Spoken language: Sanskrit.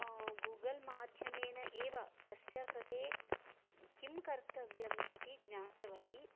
गूगल् माध्यमेन एव तस्य कृते किं कर्तव्यम् इति ज्ञातवती